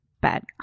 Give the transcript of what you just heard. bad